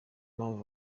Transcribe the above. mpamvu